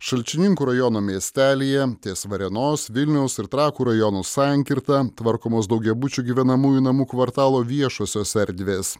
šalčininkų rajono miestelyje ties varėnos vilniaus ir trakų rajonų sankirta tvarkomos daugiabučių gyvenamųjų namų kvartalo viešosios erdvės